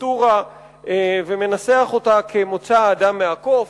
קריקטורה ומנסח אותה כ"מוצא האדם מהקוף".